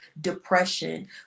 depression